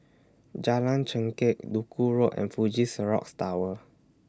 Jalan Chengkek Duku Road and Fuji Xerox Tower